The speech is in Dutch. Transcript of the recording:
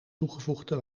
toevoegde